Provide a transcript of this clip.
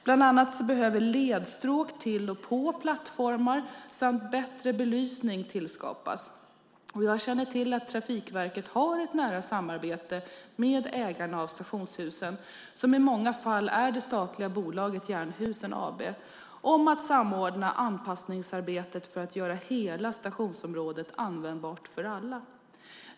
Bland annat behöver ledstråk till och på plattformar samt bättre belysning tillskapas. Jag känner till att Trafikverket har ett nära samarbete med ägarna av stationshusen - som i många fall är det statliga bolaget Jernhusen AB - om att samordna anpassningsarbetet för att göra hela stationsområdet användbart för alla.